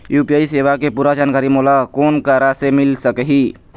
UPI सेवा के पूरा जानकारी मोला कोन करा से मिल सकही?